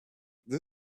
this